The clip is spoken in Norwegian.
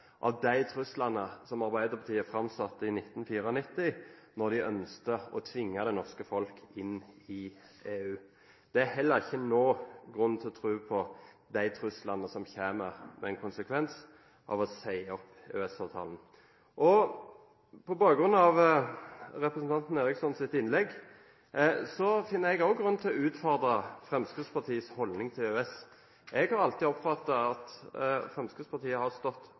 av de truslene som Arbeiderpartiet framsatte i 1994, da de ønsket å tvinge det norske folk inn i EU. Det er heller ikke nå grunn til å tro på de truslene som kommer om konsekvensene av å si opp EØS-avtalen. På bakgrunn av representanten Erikssons innlegg finner jeg også grunn til å utfordre Fremskrittspartiet på deres holdning til EØS. Jeg har alltid oppfattet det slik at Fremskrittspartiet har stått